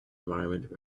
environment